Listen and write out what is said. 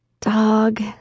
Dog